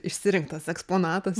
išsirinktas eksponatas